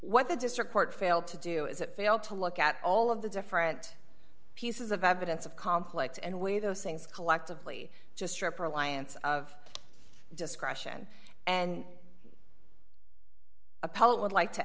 what the district court failed to do is it failed to look at all of the different pieces of evidence of conflict and weigh those things collectively just sharper alliance of discretion and appellate would like to